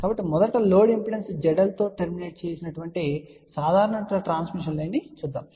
కాబట్టి మొదట load impedance ZL తో టర్మినేట్ చేయబడిన సాధారణ ట్రాన్స్మిషన్ లైన్ ను చూద్దాం